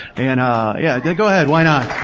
and yeah yeah go ahead, why not.